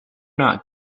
not